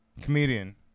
Comedian